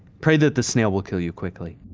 pray that the snail will kill you quickly.